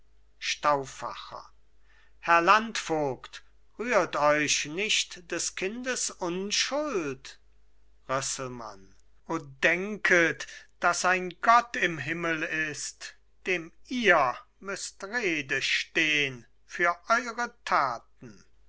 herr landvogt rührt euch nicht des kindes unschuld rösselmann o denket dass ein gott im himmel ist dem ihr müsst rede stehn für eure taten